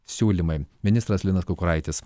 siūlymai ministras linas kukuraitis